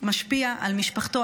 משפיע על משפחתו,